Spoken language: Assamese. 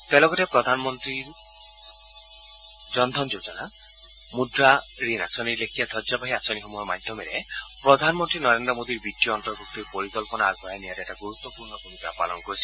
তেওঁ লগতে প্ৰধানমন্ত্ৰী জনধন যোজনা মূদ্ৰা ঋণ আঁচনিৰ লেখীয়া ধবজাবাহী আঁচনিসমূহৰ মাধ্যমেৰে প্ৰধানমন্ত্ৰী নৰেন্দ্ৰ মোডীয়ে বিত্তীয় অন্তৰ্ভূক্তিৰ পৰিকল্পনা আগবঢ়াই নিয়াত এটা গুৰুত্বপূৰ্ণ ভূমিকা পালন কৰিছে